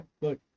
look